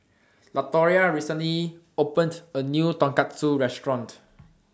Latoria recently opened A New Tonkatsu Restaurant